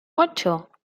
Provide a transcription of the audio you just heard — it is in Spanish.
ocho